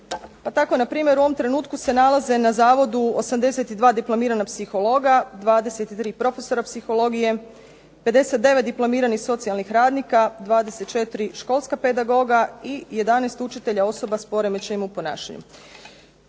Pa tko u ovom trenutku se nalaze na zavodu 82 diplomirana psihologa, 23 profesora psihologije, 59 diplomiranih socijalnih radnika, 24 školska pedagoga i 11 učitelja osoba s poremećajem u ponašanju.